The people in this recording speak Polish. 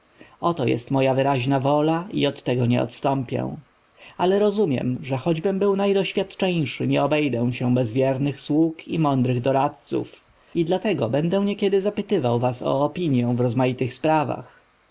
oto jest moja wyraźna wola i od tego nie odstąpię ale rozumiem że choćbym był najdoświadczeńszym nie obejdę się bez wiernych sług i mądrych doradców i dlatego będę niekiedy zapytywał was o opinję w rozmaitych sprawach